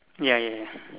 ya ya ya